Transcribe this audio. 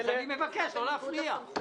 אני מבקש לא להפריע.